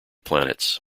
planets